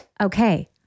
Okay